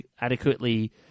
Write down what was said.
adequately